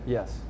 Yes